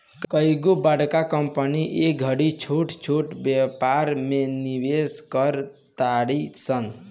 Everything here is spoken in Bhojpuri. कइगो बड़का कंपनी ए घड़ी छोट छोट व्यापार में निवेश कर तारी सन